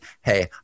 hey